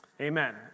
Amen